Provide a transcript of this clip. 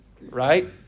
right